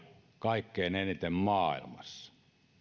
kaikkein eniten maailmassa